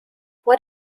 what